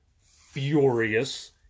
furious